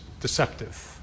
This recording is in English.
deceptive